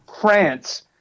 France